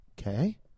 okay